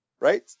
right